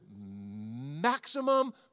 maximum